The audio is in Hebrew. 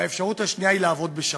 והאפשרות השנייה היא לעבוד בשחור.